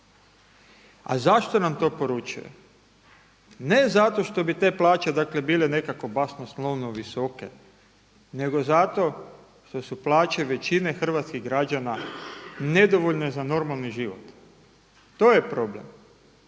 A zašto nam to poručuje? Ne zato što bi te plaće dakle bile nekako basnoslovno visoke nego zato što su plaće većine hrvatskih građana nedovoljne za normalni život. To je problem.